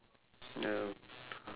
ya